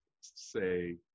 say